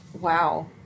Wow